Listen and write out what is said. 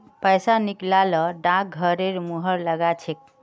पैसा निकला ल डाकघरेर मुहर लाग छेक